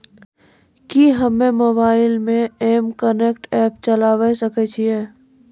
कि हम्मे मोबाइल मे एम कनेक्ट एप्प चलाबय सकै छियै?